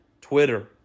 Twitter